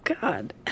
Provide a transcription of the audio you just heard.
God